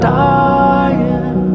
dying